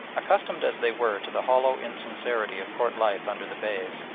accustomed as they were to the hollow insincerity of court life under the beys,